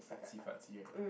artsy fartsy right